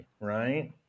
right